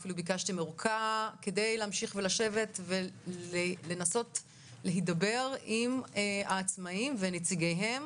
אפילו ביקשתם ארכה כדי להמשיך ולשבת ולנסות לדבר עם העצמאים ונציגיהם,